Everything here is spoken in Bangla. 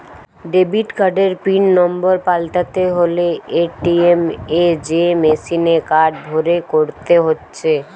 ডেবিট কার্ডের পিন নম্বর পাল্টাতে হলে এ.টি.এম এ যেয়ে মেসিনে কার্ড ভরে করতে হচ্ছে